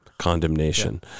condemnation